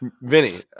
Vinny